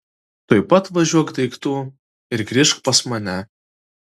tuoj pat važiuok daiktų ir grįžk pas mane